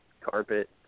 carpet